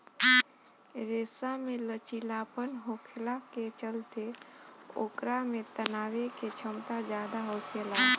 रेशा में लचीलापन होखला के चलते ओकरा में तनाये के क्षमता ज्यादा होखेला